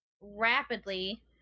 rapidly—